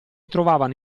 trovavano